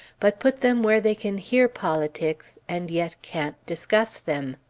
but put them where they can hear politics, and yet can't discuss them!